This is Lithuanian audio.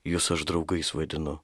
jus aš draugais vadinu